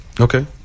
Okay